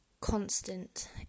constant